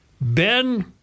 Ben